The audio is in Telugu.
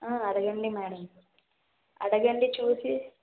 అడగండి మేడం అడగండి చూసి